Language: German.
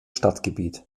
stadtgebiet